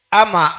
ama